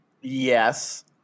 Yes